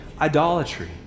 idolatry